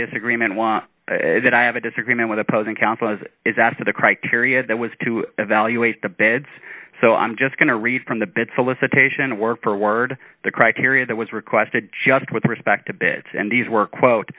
disagreement was that i have a disagreement with opposing counsel as is asked of the criteria that was to evaluate the bids so i'm just going to read from the bit solicitation word for word the criteria that was requested just with respect to bits and these were quote